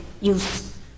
use